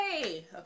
Okay